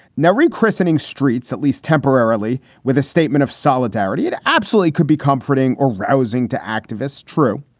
now rechristening streets, at least temporarily, with a statement of solidarity, it absolutely could be comforting or rousing to activists. true.